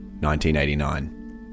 1989